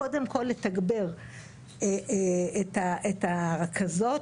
קודם כל לתגבר את הרכזות,